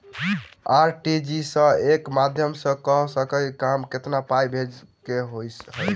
RTGS केँ माध्यम सँ कम सऽ कम केतना पाय भेजे केँ होइ हय?